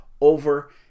over